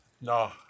No